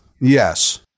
Yes